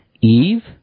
Eve